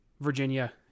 Virginia